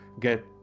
get